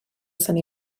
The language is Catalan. sant